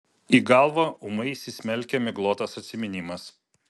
į galvą ūmai įsismelkia miglotas atsiminimas